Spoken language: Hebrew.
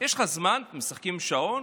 יש לך זמן, הרי משחקים עם שעון,